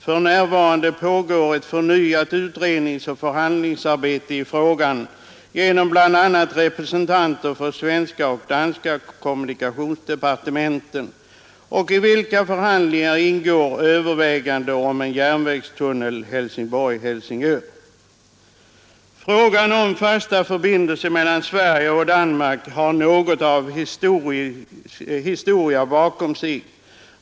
För närvarande pågår ett förnyat utredningsoch förhandlingsarbete i frågan bl.a. mellan representanter för svenska och danska kommunikationsdepartementen, i vilka förhandlingar ingår överväganden om en järnvägstunnel Helsingborg— Helsingör. Frågan om fasta förbindelser mellan Sverige och Danmark har något av historia bakom sig.